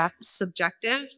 subjective